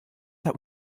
that